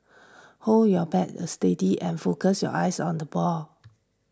hold your bat steady and focus your eyes on the ball